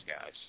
guys